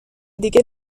دیگه